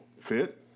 fit